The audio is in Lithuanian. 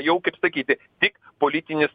jau kaip sakyti tik politinis